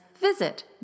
visit